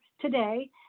today